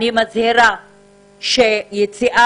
אני מזהירה שביציאה